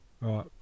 Right